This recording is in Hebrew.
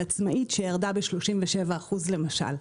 על עצמאית שירדה ב-37% למשל.